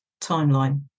timeline